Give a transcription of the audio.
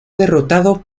derrotado